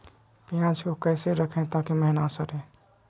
प्याज को कैसे रखे ताकि महिना सड़े?